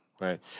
right